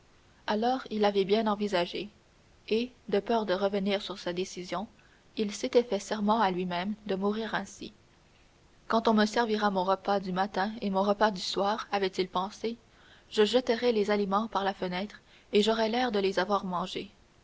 alors il l'avait bien envisagé et de peur de revenir sur sa décision il s'était fait serment à lui-même de mourir ainsi quand on me servira mon repas du matin et mon repas du soir avait-il pensé je jetterai les aliments par la fenêtre et j'aurai l'air de les avoir mangés